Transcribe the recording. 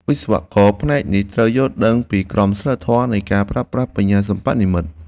វិស្វករផ្នែកនេះត្រូវយល់ដឹងពីក្រមសីលធម៌នៃការប្រើប្រាស់បញ្ញាសិប្បនិម្មិត។